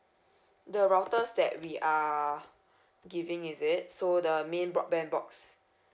the routers that we are giving is it so the main broadband box